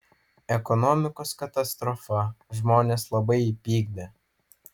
ekonomikos katastrofa žmones labai įpykdė